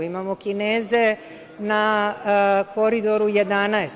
Imamo Kineze na Koridoru 11.